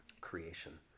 creation